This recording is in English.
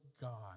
God